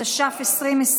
התש"ף 2020,